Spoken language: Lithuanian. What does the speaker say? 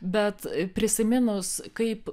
bet prisiminus kaip